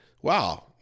wow